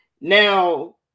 Now